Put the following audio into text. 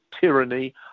tyranny